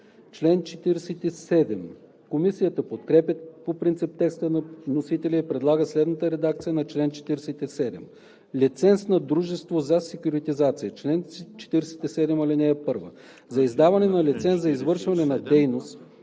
1 и 5“. Комисията подкрепя по принцип текста на вносителя и предлага следната редакция на чл. 47: „Лиценз на дружество за секюритизация Чл. 47. (1) За издаване на лиценз за извършване на дейност